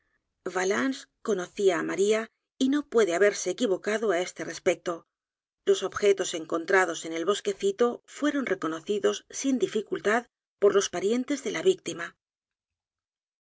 conocía á maría y no puede haberse equivocado á este respecto los objetos encontrados en el bosquecito fueron reconocidos sin dificultad por los parientes de la víctima